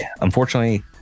Unfortunately